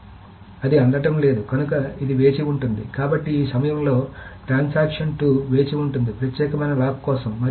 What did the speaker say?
కాబట్టి అది అందడం లేదు కనుక ఇది వేచి ఉంటుంది ఈ సమయంలో లావాదేవీ 2 వేచి ఉంటుంది ప్రత్యేకమైన లాక్ కోసం